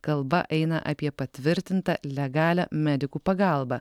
kalba eina apie patvirtintą legalią medikų pagalbą